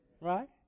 Right